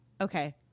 okay